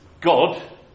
God